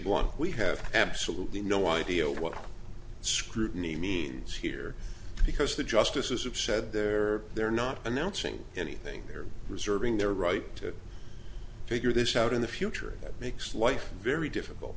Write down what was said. blunt we have absolutely no idea what scrutiny means here because the justices have said they're they're not announcing anything they're reserving their right to figure this out in the future that makes life very difficult